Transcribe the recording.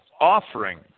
offering